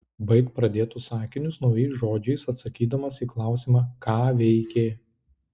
baik pradėtus sakinius naujais žodžiais atsakydamas į klausimą ką veikė